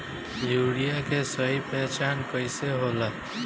Urea के सही पहचान कईसे होखेला?